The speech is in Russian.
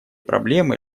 проблемы